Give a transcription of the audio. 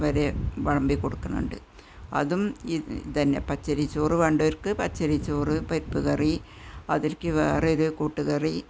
വരെ വിളമ്പി കൊടുക്കുന്നുണ്ട് അതും ഇതു തന്നെ പച്ചരി ചോറു വേണ്ടവര്ക്ക് പച്ചരി ചോറ് പരിപ്പ് കറി അതിലേക്ക് വേറൊരു കൂട്ടുകറി